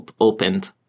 opened